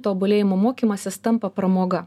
tobulėjimu mokymasis tampa pramoga